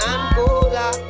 Angola